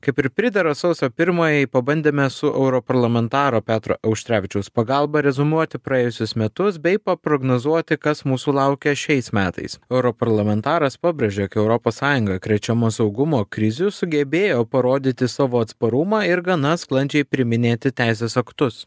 kaip ir pridera sausio pirmajai pabandėme su europarlamentaro petro auštrevičiaus pagalba reziumuoti praėjusius metus bei paprognozuoti kas mūsų laukia šiais metais europarlamentaras pabrėžia jog europos sąjunga krečiama saugumo krizių sugebėjo parodyti savo atsparumą ir gana sklandžiai priiminėti teisės aktus